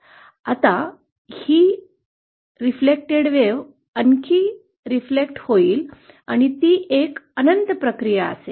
आता ही प्रतिबिंबित लाट आणखी प्रतिबिंबित होईल आणि ती एक अनंत प्रक्रिया असेल